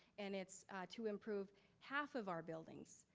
and it's to improve half of our buildings.